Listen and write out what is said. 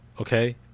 okay